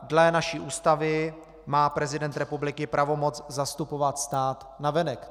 Dle naší Ústavy má prezident republiky zastupovat stát navenek.